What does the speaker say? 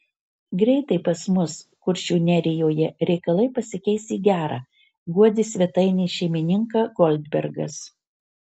greitai pas mus kuršių nerijoje reikalai pasikeis į gera guodė svetainės šeimininką goldbergas